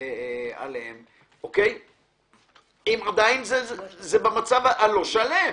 על הנוסעים אם עדיין זה במצב הלא שלם.